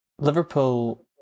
Liverpool